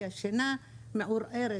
כי השינה מעורערת,